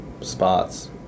spots